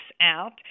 out